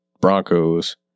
Broncos